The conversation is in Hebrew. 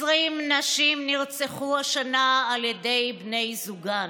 20 נשים נרצחו השנה על ידי בני זוגן,